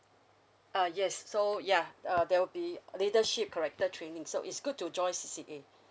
uh yes so ya uh there will be leadership character training so it's good to join C_C_A